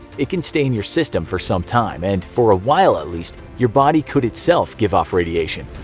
it can stay in your system for some time, and for awhile at least, your body could itself give off radiation.